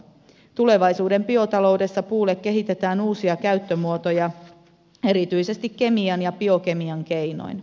tulevaisuuden biotaloudessa puulle kehitetään uusia käyttömuotoja erityisesti kemian ja biokemian keinoin